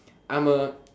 I'm a